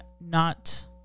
not-